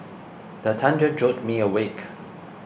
the thunder jolt me awake